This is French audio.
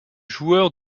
joueur